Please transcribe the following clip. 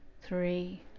three